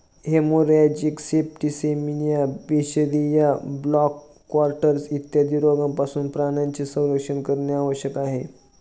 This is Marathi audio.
हेमोरॅजिक सेप्टिसेमिया, बिशरिया, ब्लॅक क्वार्टर्स इत्यादी रोगांपासून प्राण्यांचे संरक्षण करणे आवश्यक आहे